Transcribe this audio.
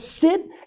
sit